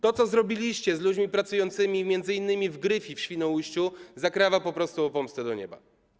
To, co zrobiliście z ludźmi pracującymi m.in. w Gryfii w Świnoujściu, woła po prosu o pomstę do nieba.